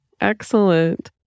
Excellent